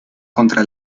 contra